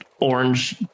orange